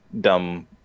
dumb